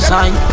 sign